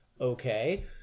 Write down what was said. Okay